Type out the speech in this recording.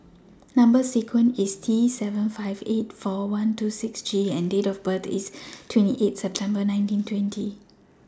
Number sequence IS T seven five eight four one two six G and Date of birth IS twenty eight September nineteen twenty